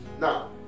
Now